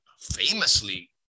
famously